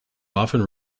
often